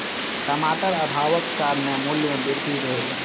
टमाटर अभावक कारणेँ मूल्य में वृद्धि भेल